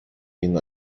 ihn